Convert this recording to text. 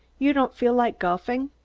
you don't feel like golfing?